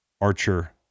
Archer